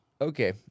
okay